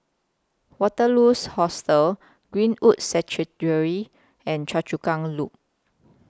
Waterloos Hostel Greenwood Sanctuary and Choa Chu Kang Loop